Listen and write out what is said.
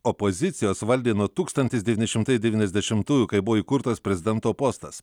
opozicijos valdė nuo tūkstantis devyni šimtai devyniasdešimtųjų kai buvo įkurtas prezidento postas